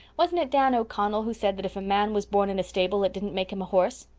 wasn't it dan o'connell who said that if a man was born in a stable it didn't make him a horse?